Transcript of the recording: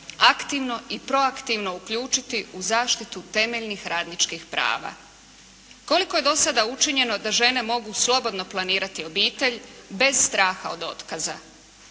aktivno i proaktivno uključiti u zaštitu temeljnih radničkih prava. Koliko je do sada učinjeno da žene mogu slobodno planirati obitelj bez straha od otkaza?